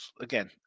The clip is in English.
again